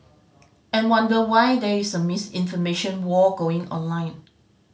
and wonder why there is a misinformation war going on online